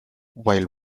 while